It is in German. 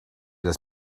ihr